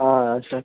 sir